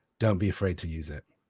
don't be afraid to use it.